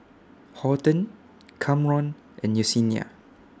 Horton Kamron and Yesenia